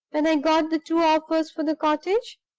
when i got the two offers for the cottage?